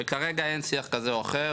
וכרגע אין שיח כזה או אחר,